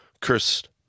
Cursed